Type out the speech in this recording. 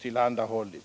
tillhandahållit.